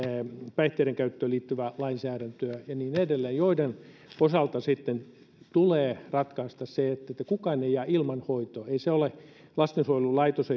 päihteiden käyttöön liittyvää lainsäädäntöä ja niin edelleen joiden osalta tulee sitten ratkaista se että kukaan ei jää ilman hoitoa lastensuojelulaitos